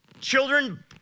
Children